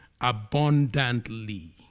abundantly